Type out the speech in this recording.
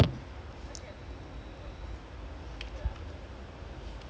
actually I think it's only guy okay lah I don't know yet lah because a little too early to say but